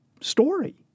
story